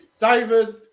David